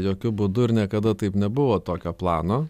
jokiu būdu ir niekada taip nebuvo tokio plano